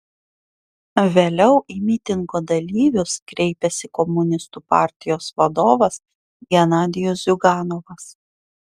vėliau į mitingo dalyvius kreipėsi komunistų partijos vadovas genadijus ziuganovas